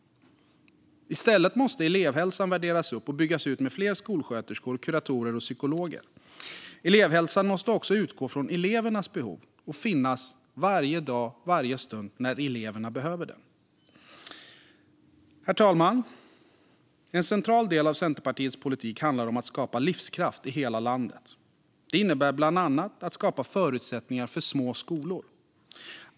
I stället måste elevhälsan värderas upp och byggas ut med fler skolsköterskor, kuratorer och psykologer. Elevhälsan måste också utgå från elevernas behov och finnas varje dag, varje stund när eleverna behöver det. Herr talman! En central del av Centerpartiets politik handlar om att skapa livskraft i hela landet. Det innebär bland annat att skapa förutsättningar för små skolor.